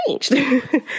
changed